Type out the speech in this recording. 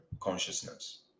consciousness